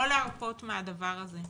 לא להרפות מהדבר הזה.